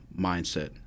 mindset